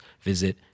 visit